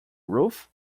roof